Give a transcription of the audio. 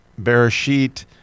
Bereshit